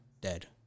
dead